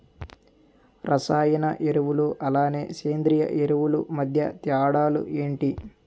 రసాయన ఎరువులు అలానే సేంద్రీయ ఎరువులు మధ్య తేడాలు ఏంటి?